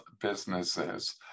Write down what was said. businesses